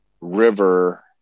river